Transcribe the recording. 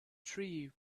tree